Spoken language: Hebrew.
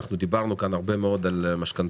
אנחנו דיברנו כאן הרבה מאוד על משכנתאות.